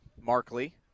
Markley